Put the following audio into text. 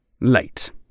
late